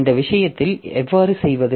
இந்த விஷயத்தை எவ்வாறு செய்வது